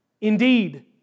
indeed